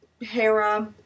Hera